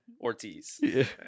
Ortiz